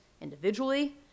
individually